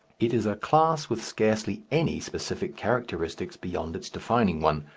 it is a class with scarcely any specific characteristics beyond its defining one,